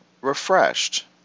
refreshed